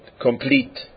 complete